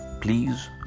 please